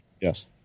yes